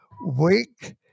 wake